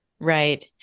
Right